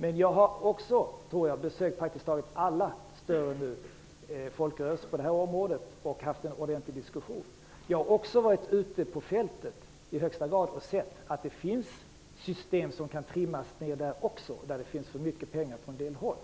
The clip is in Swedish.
Men jag har besökt praktiskt taget alla större folkrörelser på det här området och haft en ordentlig diskussion med dem. Jag har också i högsta grad varit ute på fältet och sett att det där också finns system som kan trimmas ned, där det finns för mycket pengar på en del håll.